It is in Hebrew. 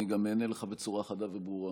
אני גם אענה לך בצורה חדה וברורה.